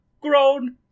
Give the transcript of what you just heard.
grown